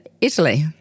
Italy